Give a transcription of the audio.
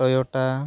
Toyota